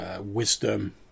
wisdom